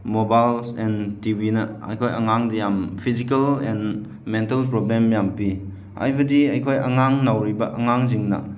mobiles and ꯇꯤꯚꯤꯅ ꯑꯩꯈꯣꯏ ꯑꯉꯥꯡꯗ ꯌꯥꯝ ꯐꯤꯁꯤꯀꯦꯜ ꯑꯦꯟ ꯃꯦꯟꯇꯦꯜ ꯄ꯭ꯔꯣꯕ꯭ꯂꯦꯝ ꯌꯥꯝ ꯄꯤ ꯍꯥꯏꯕꯗꯤ ꯑꯩꯈꯣꯏ ꯅꯧꯔꯤꯕ ꯑꯩꯈꯣꯏ ꯑꯉꯥꯡꯁꯤꯡꯅ